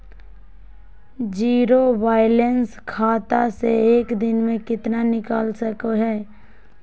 Zero balance खाता से एक दिन में कितना निकाल सको है?